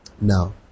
now